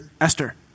Esther